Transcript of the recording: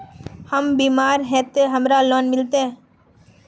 हम बीमार है ते हमरा लोन मिलते?